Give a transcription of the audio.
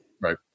right